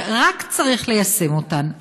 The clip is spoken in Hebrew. ורק צריך ליישם אותן.